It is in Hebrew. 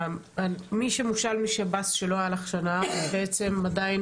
אבל במצב אידיאלי, מי שמושאל משב"ס השב"ס משלם